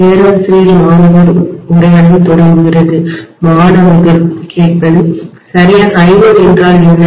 "பேராசிரியர் மாணவர் உரையாடல் தொடங்குகிறது" மாணவர் சரியாக I1 என்றால் என்ன